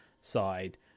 side